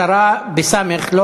הסרה, לא